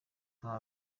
nta